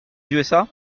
usa